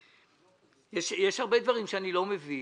יש הרבה דברים שאני לא מביא,